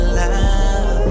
love